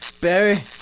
Barry